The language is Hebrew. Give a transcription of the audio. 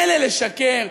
מילא לשקר,